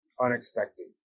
unexpected